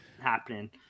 happening